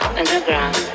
underground